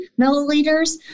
milliliters